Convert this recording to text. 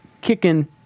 kicking